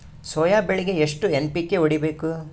Soya ಬೆಳಿಗಿ ಎಷ್ಟು NPK ಹೊಡಿಬೇಕು?